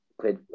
Played